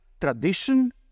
tradition